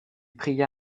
pria